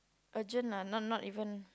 urgent lah not not even